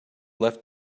left